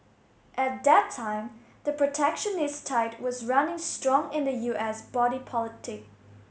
at that time the protectionist tide was running strong in the U S body politic